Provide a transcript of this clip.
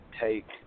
take